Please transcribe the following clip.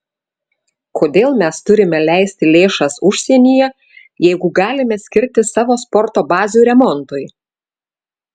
kodėl mes turime leisti lėšas užsienyje jeigu galime skirti savo sporto bazių remontui